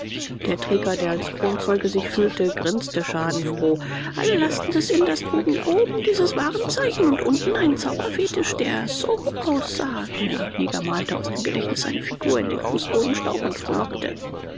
der träger der als kronzeuge sich fühlte grinste schadenfroh alle lasten des inders trugen oben dieses warenzeichen und unten einen zauberfetisch der so aussah der neger malte aus dem gedächtnis eine figur in den fußbodenstaub und frohlockte